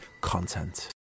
content